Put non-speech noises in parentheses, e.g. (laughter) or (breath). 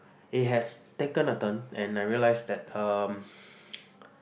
it has taken a turn and I realize that um (breath)